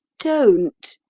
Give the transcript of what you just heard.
don't,